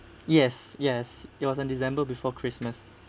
yes yes it was on december before christmas